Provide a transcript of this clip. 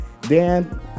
Dan